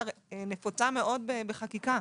נפוצה מאוד בחקיקה,